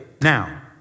now